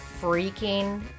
freaking